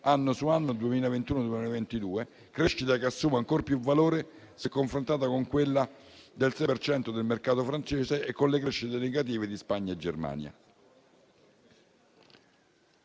anno su anno (2021-2022), crescita che assume ancor più valore se confrontata con quella del 6 per cento del mercato francese e con le crescite negative di Spagna e Germania.